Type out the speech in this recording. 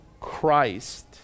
Christ